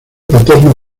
paterno